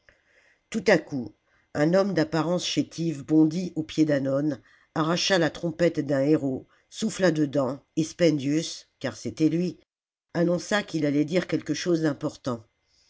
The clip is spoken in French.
tout à coup un homme d'apparence chétive bondit aux pieds d'hannon arracha la trompette d'un héraut souffla dedans et spendius car c'était lui annonça qu'd allait dire quelque chose d'important